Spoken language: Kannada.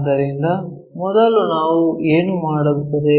ಆದ್ದರಿಂದ ಮೊದಲು ನಾವು ಏನು ಮಾಡುತ್ತೇವೆ